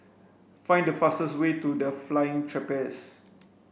find the fastest way to The Flying Trapeze